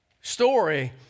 story